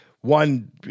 one